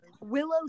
Willow